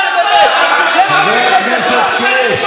חבר הכנסת עבאס, חבר הכנסת קיש.